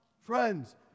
friends